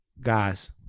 guys